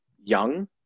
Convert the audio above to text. young